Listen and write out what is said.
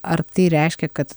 ar tai reiškia kad